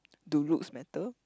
do looks matter